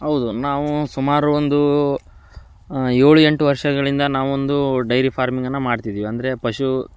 ಹೌದು ನಾವು ಸುಮಾರು ಒಂದು ಏಳು ಎಂಟು ವರ್ಷಗಳಿಂದ ನಾವೊಂದು ಡೈರಿ ಫಾರ್ಮಿಂಗನ್ನು ಮಾಡ್ತಿದ್ದೀವಿ ಅಂದರೆ ಪಶು